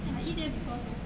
eh I eat there before sia